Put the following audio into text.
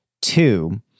two